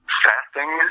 fasting